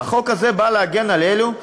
רוב הזמן.